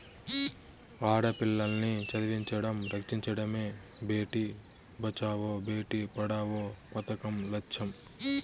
ఆడపిల్లల్ని చదివించడం, రక్షించడమే భేటీ బచావో బేటీ పడావో పదకం లచ్చెం